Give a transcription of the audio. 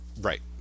right